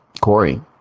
Corey